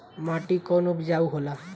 माटी कौन उपजाऊ होला?